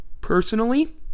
Personally